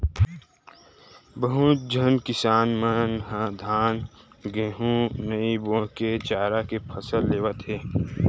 बहुत झन किसान मन ह धान, गहूँ नइ बो के चारा के फसल लेवत हे